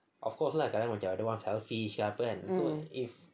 of course lah kadang ada orang selfish apa kan so if